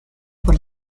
por